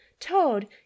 toad